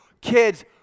Kids